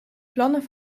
plannen